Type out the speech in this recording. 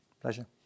Pleasure